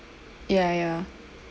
ya ya